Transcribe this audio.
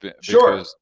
Sure